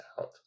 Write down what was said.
out